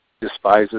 despises